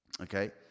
okay